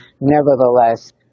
nevertheless